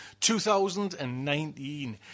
2019